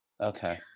okay